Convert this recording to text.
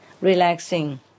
relaxing